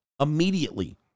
immediately